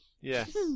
Yes